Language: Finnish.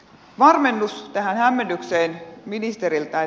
varmennus tähän hämmennykseen ministeriltä